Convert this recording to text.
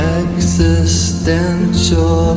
existential